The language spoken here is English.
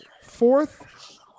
fourth